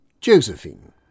Josephine